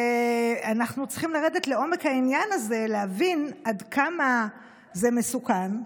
אנחנו צריכים לרדת לעומק העניין הזה ולהבין עד כמה זה מסוכן.